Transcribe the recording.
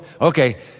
Okay